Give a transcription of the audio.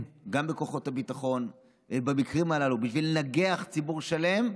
בכוחות הביטחון במקרים הללו בשביל לנגח ציבור שלם,